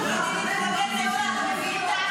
חבר הכנסת ירון לוי, בבקשה.